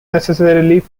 necessarily